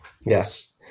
Yes